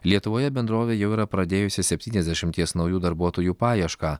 lietuvoje bendrovė jau yra pradėjusi septyniasdešimties naujų darbuotojų paiešką